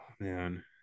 man